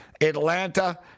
Atlanta